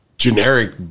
generic